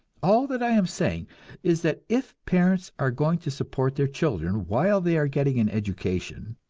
all that i am saying is that if parents are going to support their children while they are getting an education,